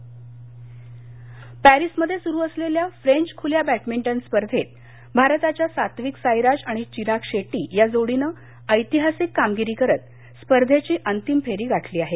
badminton पॅरीसमध्ये सुरु असलेल्या फ्रेंच खुल्या बॅडमिंटन स्पर्धेत भारताच्या स्वस्तिक साईराज आणि चिराग शेट्टी या जोडीनं ऐतिहासिक कामगिरी करत स्पर्धेची अंतिम फेरी गाठली आहे